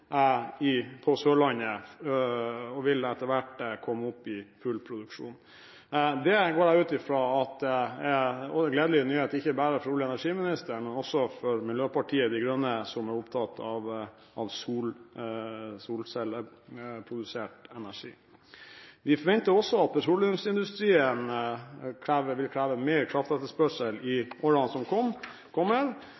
på Sørlandet og vil etter hvert komme opp i full produksjon. Det går jeg ut fra er en gledelig nyhet ikke bare for olje- og energiministeren, men også for Miljøpartiet De Grønne, som er opptatt av solcelleprodusert energi. Vi forventer også at petroleumsindustrien vil kreve mer kraft i